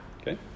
Okay